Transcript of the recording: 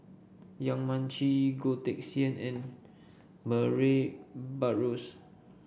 Yong Mun Chee Goh Teck Sian and Murray Buttrose